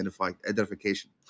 identification